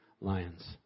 lions